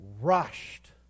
rushed